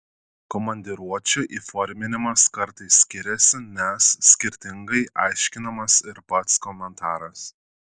komandiruočių įforminimas kartais skiriasi nes skirtingai aiškinamas ir pats komentaras